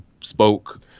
spoke